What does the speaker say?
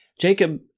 Jacob